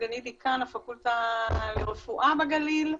סגנית דיקן הפקולטה לרפואה בגליל,